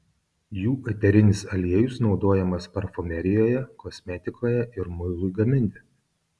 jų eterinis aliejus naudojamas parfumerijoje kosmetikoje ir muilui gaminti